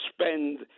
spend